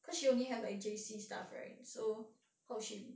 cause she only has like J_C stuff right so did she